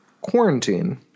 quarantine